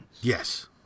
Yes